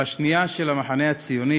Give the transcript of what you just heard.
והשנייה של המחנה הציוני,